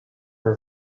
her